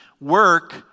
Work